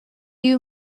you